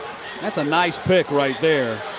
that's a nice pick right there.